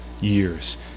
years